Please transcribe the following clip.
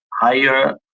higher